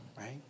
Right